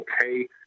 okay